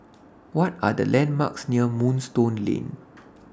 What Are The landmarks near Moonstone Lane